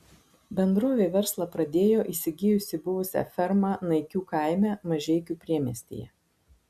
bendrovė verslą pradėjo įsigijusi buvusią fermą naikių kaime mažeikių priemiestyje